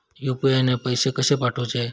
UPI ने पैशे कशे पाठवूचे?